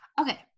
Okay